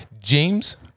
James